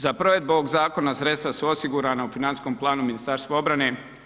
Za provedbu ovog zakona sredstva su osigurana u financijskom planu Ministarstva obrane.